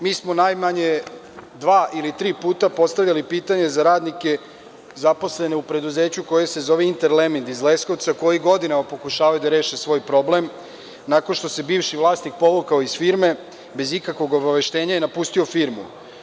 Mi smo najmanje dva ili tri puta postavljali pitanje za radnike zaposlene u preduzeću koje se zove „Interlemind“ iz Leskovca koji godinama pokušavaju da reše svoj problem nakon što se bivši vlasnik povukao iz firme bez ikakvog obaveštenja i napustio firmu.